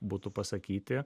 būtų pasakyti